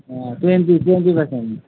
অঁ twenty twenty percent